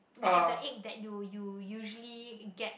which is the ache you you usually get